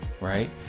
Right